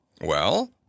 Well